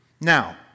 Now